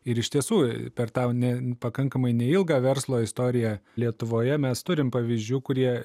ir iš tiesų per tau ne pakankamai neilgą verslo istoriją lietuvoje mes turim pavyzdžių kurie